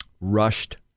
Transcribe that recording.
rushed